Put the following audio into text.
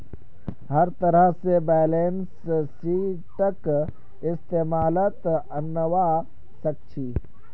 हर तरह से बैलेंस शीटक इस्तेमालत अनवा सक छी